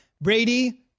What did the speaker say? Brady